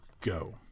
go